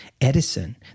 Edison